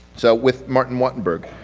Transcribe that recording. so, with mark and wantanburg,